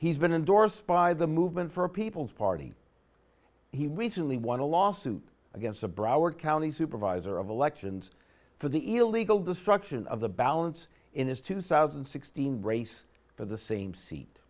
he's been indorsed by the movement for a people's party he recently won a lawsuit against a broward county supervisor of elections for the illegal destruction of the balance in his two thousand and sixteen race for the same seat